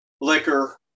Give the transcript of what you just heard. liquor